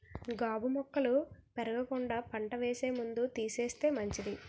గాబు మొక్కలు పెరగకుండా పంట వేసే ముందు తీసేస్తే మంచిది